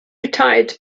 retired